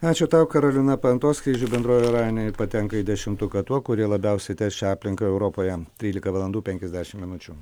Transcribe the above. ačiū tau karolina panto skrydžių bendrovė ryanair patenka į dešimtuką tuo kurie labiausiai teršia aplinką europoje trylika valandų penkiasdešim minučių